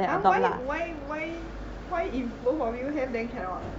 !huh! why why why why if both of you have then cannot